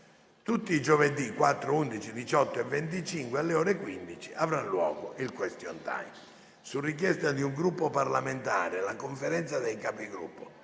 luglio. Giovedì 4, 11, 18 e 25 luglio, alle ore 15, avrà luogo il *question time*. Su richiesta di un Gruppo parlamentare, la Conferenza dei Capigruppo